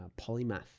polymath